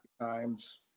times